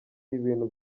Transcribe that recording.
ibintu